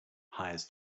hires